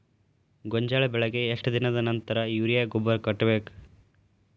ಗೋಂಜಾಳ ಬೆಳೆಗೆ ಎಷ್ಟ್ ದಿನದ ನಂತರ ಯೂರಿಯಾ ಗೊಬ್ಬರ ಕಟ್ಟಬೇಕ?